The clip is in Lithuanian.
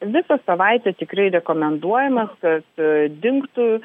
visą savaitę tikrai rekomenduojamas kad dingtų